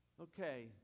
Okay